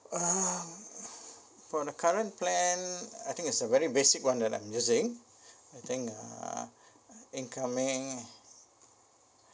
ah for the current plan I think it's a very basic one like I'm using I think ah incoming